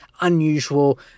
unusual